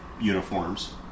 uniforms